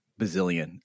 bazillion